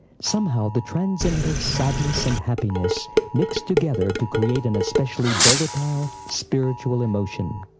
somehow the transcendental sadness and happiness mixed together to create an especially volatile spiritual emotion.